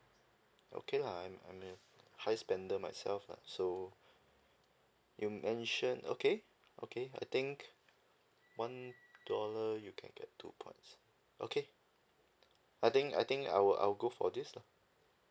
okay I'm I'm a high spender myself lah so you mention okay okay I think one dollar you can get two points okay I think I think I will I will go for this lah